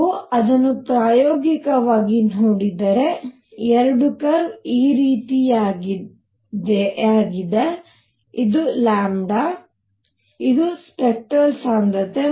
ನೀವು ಅದನ್ನು ಪ್ರಾಯೋಗಿಕವಾಗಿ ನೋಡಿದರೆ ಎರಡು ಕರ್ವ್ ಈ ರೀತಿಯದ್ದಾಗಿದೆ ಇದು ಇದು ಸ್ಪೆಕ್ಟರಲ್ ಸಾಂದ್ರತೆ